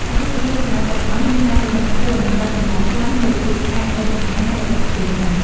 អតិថិជនសម័យបច្ចុប្បន្នមានការយល់ដឹងខ្ពស់ និងផ្តល់តម្លៃខ្លាំងលើភាពស្អាតនៃអាហារដែលពួកគេញ៉ាំ។